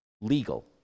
Legal